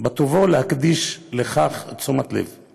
בטובו להקדיש לכך תשומת לב.